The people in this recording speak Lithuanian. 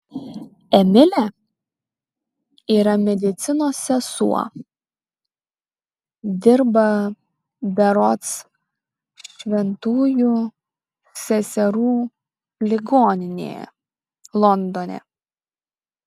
emilė yra medicinos sesuo dirba berods šventųjų seserų ligoninėje londone